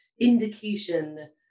indication